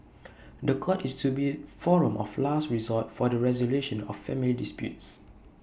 The Court is to be forum of last resort for the resolution of family disputes